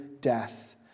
death